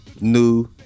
new